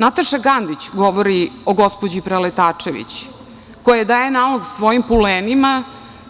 Nataša Kandić govori o gospođi i Preletačević koja daje nalog svojim pulenima